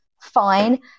Fine